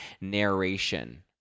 narration